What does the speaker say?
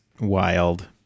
wild